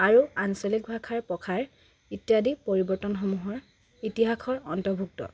আৰু আঞ্চলিক ভাষাৰ প্ৰসাৰ ইত্যাদি পৰিৱৰ্তনসমূহৰ ইতিহাসৰ অন্তৰ্ভুক্ত